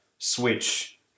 Switch